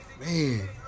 Man